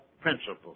principles